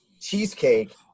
cheesecake